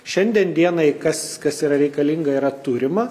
šiandien dienai kas kas yra reikalinga yra turima